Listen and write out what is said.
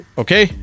okay